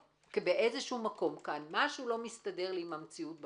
כי משהו לא מסתדר לי עם המציאות בשטח.